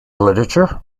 literature